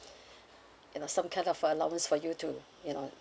you know some kind of a allowance for you to you know